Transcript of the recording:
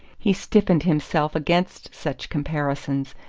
he stiffened himself against such comparisons,